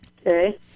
Okay